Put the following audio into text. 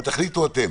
אבל תחליטו אתם.